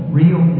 real